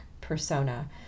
persona